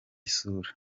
sura